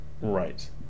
Right